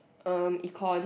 erm econ